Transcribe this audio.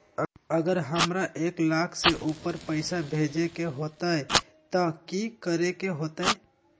अगर हमरा एक लाख से ऊपर पैसा भेजे के होतई त की करेके होतय?